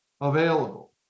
available